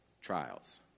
Trials